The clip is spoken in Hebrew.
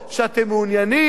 שאתם מעוניינים,